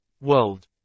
World